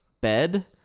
bed